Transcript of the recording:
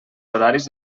horaris